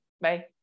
Bye